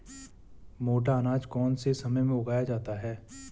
मोटा अनाज कौन से समय में उगाया जाता है?